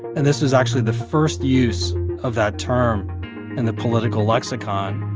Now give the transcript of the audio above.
and this was actually the first use of that term in the political lexicon.